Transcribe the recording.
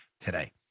today